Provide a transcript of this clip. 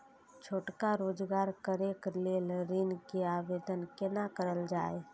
छोटका रोजगार करैक लेल ऋण के आवेदन केना करल जाय?